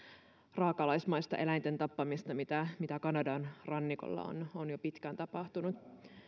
raakalaismaista eläinten tappamista mitä mitä kanadan rannikolla on on jo pitkään tapahtunut